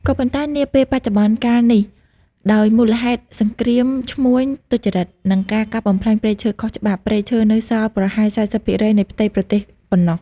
ក៏ប៉ុន្តែនាពេលបច្ចុប្បន្នកាលនេះ ដោយមូលហេតុសង្គ្រាមឈ្មួញទុច្ចរិត និងការកាប់បំផ្លាញព្រៃឈើខុសច្បាប់ ព្រៃឈើនៅសល់ប្រហែល៤០%នៃផ្ទៃប្រទេសប៉ុណ្ណោះ។